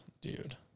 dude